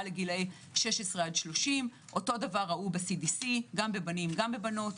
לגילאי 16 עד 30. כנ"ל ראו ב-CBC גם בבנים וגם בבנות.